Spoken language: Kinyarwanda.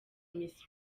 miss